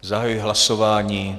Zahajuji hlasování.